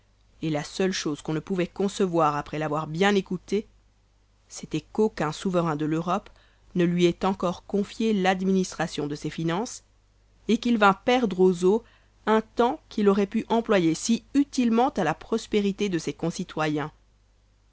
et la seule chose qu'on ne pouvait concevoir après l'avoir bien écouté c'était qu'aucun souverain de l'europe ne lui ait encore confié l'administration de ses finances et qu'il vînt perdre aux eaux un temps qu'il aurait pu employer si utilement à la prospérité de ses concitoyens